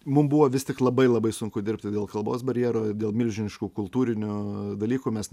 mum buvo vis tik labai labai sunku dirbti dėl kalbos barjero dėl milžiniškų kultūrinių dalykų mes